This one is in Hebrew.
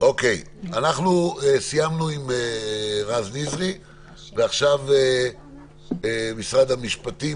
אנחנו סיימנו עם רז נזרי ועכשיו נעבור למשרד המשפטים.